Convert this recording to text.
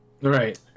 right